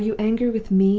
are you angry with me?